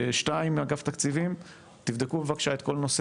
אגף תקציבים תבדקו בבקשה את כל נושא